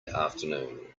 afternoon